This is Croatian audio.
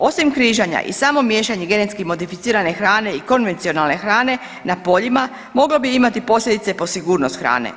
Osim križanja i samo miješanje genetski modificirane hrane i konvencionalne hrane na poljima moglo bi imati posljedice po sigurnost hrane.